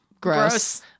gross